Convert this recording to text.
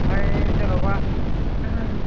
ओमफाय जेन'बा